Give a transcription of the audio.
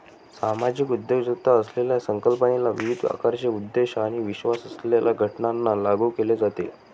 सामाजिक उद्योजकता असलेल्या संकल्पनेला विविध आकाराचे उद्देश आणि विश्वास असलेल्या संघटनांना लागू केले जाते